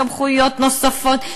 סמכויות נוספות,